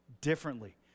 differently